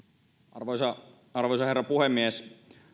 arvoisa arvoisa herra puhemies